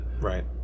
Right